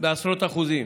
בעשרות אחוזים.